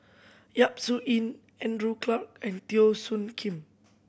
Yap Su Yin Andrew Clarke and Teo Soon Kim